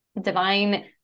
divine